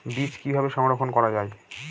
বীজ কিভাবে সংরক্ষণ করা যায়?